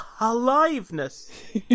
aliveness